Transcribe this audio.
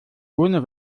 ohne